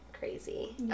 crazy